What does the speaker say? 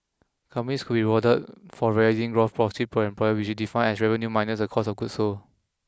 companies could be rewarded for gross profit per employee which is defined as revenue minus a cost of goods sold